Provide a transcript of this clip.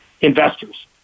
investors